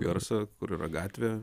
garsą kur yra gatvė